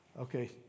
Okay